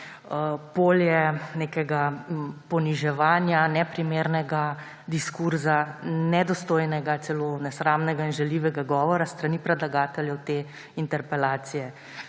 polje poniževanja, neprimernega diskurza, nedostojnega, celo nesramnega in žaljivega govora s strani predlagateljev te interpelacije.